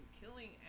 killing